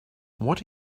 what